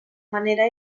manera